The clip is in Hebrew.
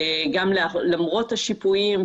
למרות השיפויים,